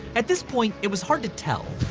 at this point, it was hard to tell.